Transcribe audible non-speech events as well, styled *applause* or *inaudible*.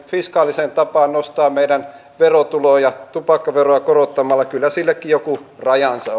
fiskaaliseen tapaan nostaa meidän verotuloja tupakkaveroa korottamalla kyllä sillekin joku rajansa *unintelligible*